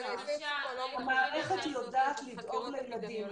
המערכת יודעת לדאוג לילדים.